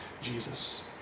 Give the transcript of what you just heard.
Jesus